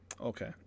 Okay